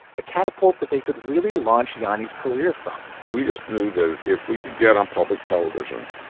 a catapult that they could really launch yanni's career from we just knew that if we could get on public television,